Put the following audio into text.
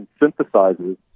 synthesizes